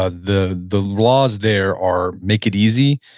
ah the the laws there are make it easy